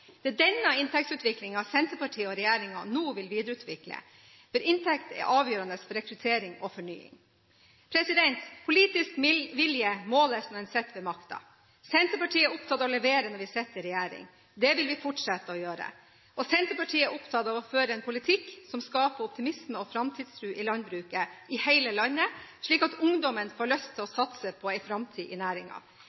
Det er denne inntektsutviklingen Senterpartiet og regjeringen nå vil videreutvikle, for inntekten er avgjørende for rekruttering og fornying. Politisk vilje måles når en sitter med makten. Senterpartiet er opptatt av å levere når vi sitter i regjering. Det vil vi fortsette å gjøre. Senterpartiet er opptatt av å føre en politikk som skaper optimisme og framtidstro i landbruket i hele landet, slik at ungdommen får lyst til å